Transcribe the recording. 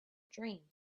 dream